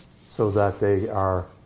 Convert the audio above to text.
so that they are